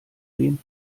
wem